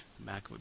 Mac